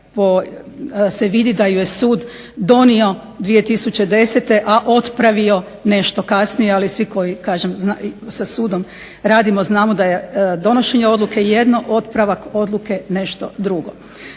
se vidi da ju je sud donio 2010. A otpravio nešto kasnije. Ali svi koji, kažem sa sudom radimo znamo da je donošenje odluke jedno, otpravak odluke nešto drugo.